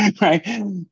Right